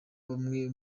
bamwe